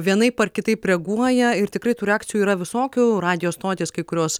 vienaip ar kitaip reaguoja ir tikrai tų reakcijų yra visokių radijo stotys kai kurios